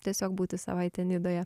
tiesiog būti savaitę nidoje